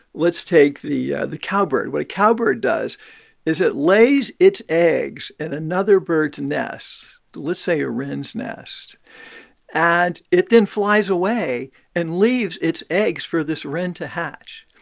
let's take the the cowbird. what a cowbird does is it lays its eggs in another bird's nest let's say a wren's nest and it then flies away and leaves its eggs for this wren to hatch.